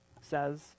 says